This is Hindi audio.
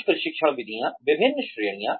कुछ प्रशिक्षण विधियां विभिन्न श्रेणियों